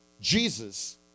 Jesus